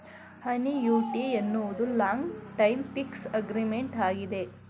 annuity ಎನ್ನುವುದು long time fix agreement ಆಗಿದೆ